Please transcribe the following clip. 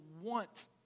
want